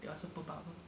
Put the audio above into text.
your superpower